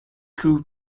quo